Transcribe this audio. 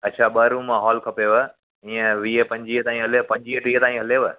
अच्छा ॿ room hall खपेव हीअं वीह पंजुवीह ताईं हले पंजुवीह टीह ताईं हलेव